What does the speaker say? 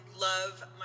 love